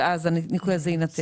ואז הניכוי הזה יינתן.